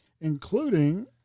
including